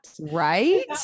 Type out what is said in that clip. Right